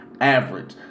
average